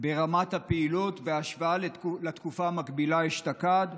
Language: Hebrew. ברמת הפעילות בהשוואה לתקופה המקבילה אשתקד.